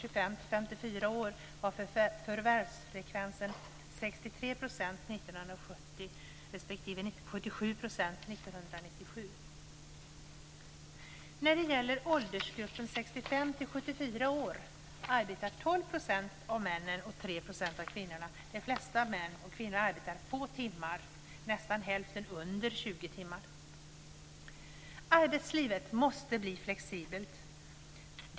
Arbetslivet måste bli flexibelt.